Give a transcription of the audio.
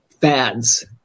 fads